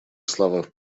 слова